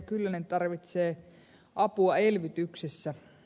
kyllönen tarvitsee apua elvytyksessä